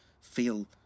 feel